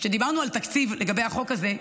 כשדיברנו על תקציב לגבי החוק הזה,